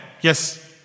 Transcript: yes